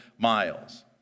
Miles